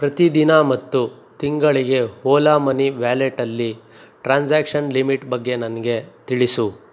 ಪ್ರತಿದಿನ ಮತ್ತು ತಿಂಗಳಿಗೆ ಓಲಾ ಮನಿ ವ್ಯಾಲೆಟಲ್ಲಿ ಟ್ರಾನ್ಸಾಕ್ಷನ್ ಲಿಮಿಟ್ ಬಗ್ಗೆ ನನಗೆ ತಿಳಿಸು